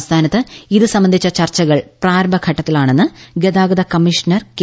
സംസ്ഥാനത്ത് ഇത് സംബന്ധിച്ചു ചർച്ചകൾ പ്രാരംഭ ഘട്ടത്തിലാണെന്ന് ഗതാഗത കമ്മീഷണർ കെ